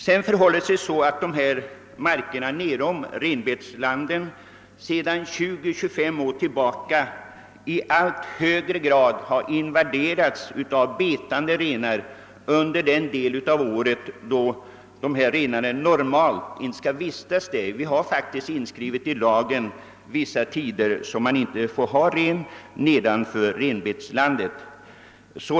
Vidare förhåller det sig så att markerna nedanför renbeteslandet sedan 20—25 år tillbaka i allt högre grad har invaderats av betande renar under den tid av året då dessa renar normalt inte skall vistas där. Vi har faktiskt inskrivet i lagen vissa tider då man inte får ha ren nedanför renbeteslandet.